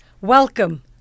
Welcome